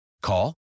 Call